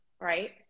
right